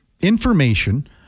information